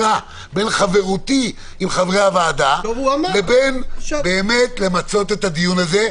בין חברותי עם חברי הוועדה לבין למצות את הדיון הזה.